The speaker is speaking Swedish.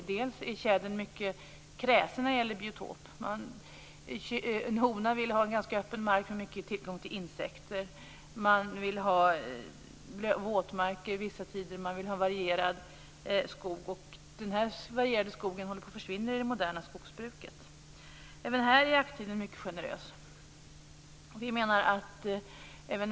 Tjädern är för det första mycket kräsen i val av biotop. En hona vill ha ganska öppen mark med stor tillgång till insekter, den vill ha våtmark vissa tider samt varierad skog. I det moderna skogsbruket håller den varierade skogen på att försvinna. För det andra är jakttiden mycket generös även för tjäder.